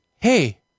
hey